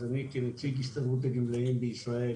כנציג הסתדרות הגמלאים בישראל